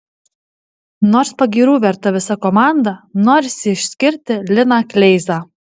nors pagyrų verta visa komanda norisi išskirti liną kleizą